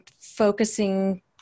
focusing